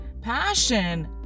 Passion